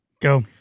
go